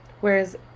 Whereas